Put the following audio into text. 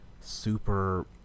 super